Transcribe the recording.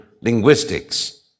linguistics